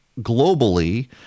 globally